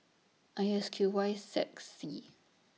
I S Q Y six Z